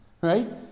Right